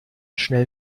schnell